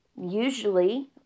usually